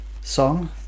song